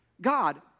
God